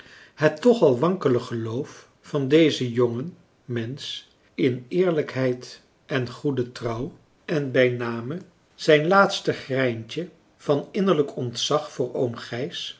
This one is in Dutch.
het toch al wankelende geloof van dezen jongen mensch in eerlijkheid en goede trouw en bij name zijn laatste greintje van innerlijk ontzag voor oom gijs